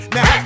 Now